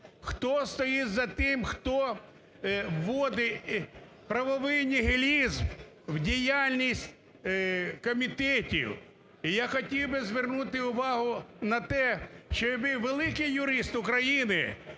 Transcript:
Хто стоїть за тим, хто вводить правовий нігілізм в діяльність комітетів? І я хотів звернути увагу на те, що великий юрист України